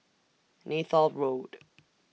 Neythal Road